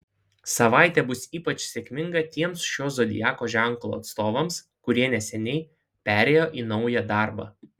savaitė bus ypač sėkminga tiems šio zodiako ženklo atstovams kurie neseniai perėjo į naują darbą